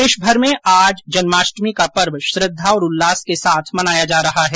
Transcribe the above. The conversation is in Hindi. प्रदेशभर में आज जन्माष्टमी का पर्व श्रद्धा और उल्लास के साथ मनाया जा रहा है